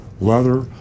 leather